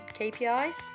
KPIs